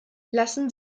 lassen